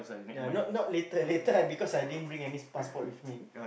ya not not later later I because I didn't bring any passport with me